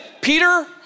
Peter